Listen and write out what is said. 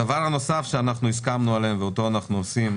הדבר הנוסף שאנחנו הסכמנו עליו ואותו אנחנו עושים,